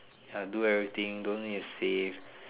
ya do everything don't need to save